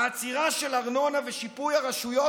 העצירה של הארנונה ושיפוי הרשויות,